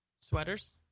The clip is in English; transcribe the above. sweaters